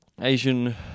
Asian